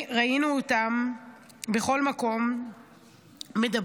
ראינו אותם בכל מקום מדברים,